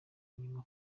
inyuma